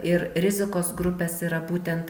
ir rizikos grupės yra būtent